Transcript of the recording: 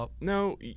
no